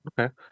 Okay